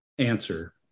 answer